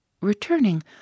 Returning